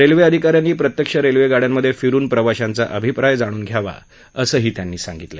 railway अधिकाऱ्यांनी प्रत्यक्ष railway गाड्यांमध्ये फिरून प्रवाशांचा अभिप्राय जाणून घ्यावा असंही त्यांनी सांगितलं